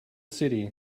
city